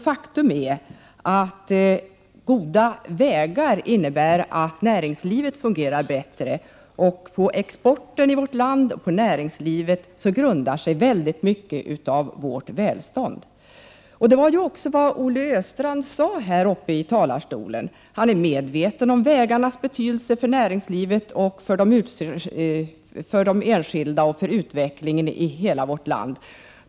Faktum är ju att goda vägar innebär att näringslivet fungerar bättre, och mycket av Sveriges välstånd grundas på exporten och näringslivets livskraft. Olle Östrand sade också här i talarstolen, att han är medveten om vägarnas betydelse för näringslivet, för de enskilda och för utvecklingen i hela vårt land.